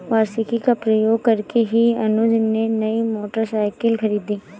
वार्षिकी का प्रयोग करके ही अनुज ने नई मोटरसाइकिल खरीदी